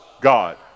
God